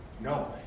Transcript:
No